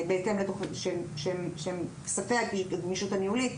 שהם כספי הגמישות הניהולית,